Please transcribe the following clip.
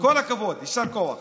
כל הכבוד, יישר כוח.